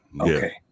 Okay